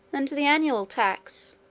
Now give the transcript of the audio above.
and the annual tax,